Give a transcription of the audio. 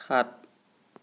সাত